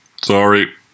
Sorry